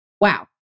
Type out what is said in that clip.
Wow